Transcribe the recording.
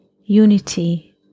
unity